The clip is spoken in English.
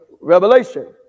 Revelation